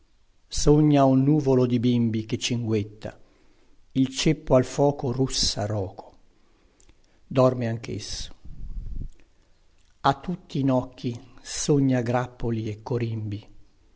sogna un nuvolo di bimbi che cinguetta il ceppo al foco russa roco dorme anchesso a tutti i nocchi sogna grappoli e corimbi